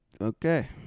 Okay